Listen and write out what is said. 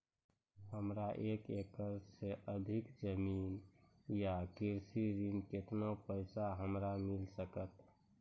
हमरा एक एकरऽ सऽ अधिक जमीन या कृषि ऋण केतना पैसा हमरा मिल सकत?